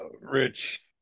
rich